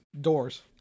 Doors